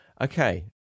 Okay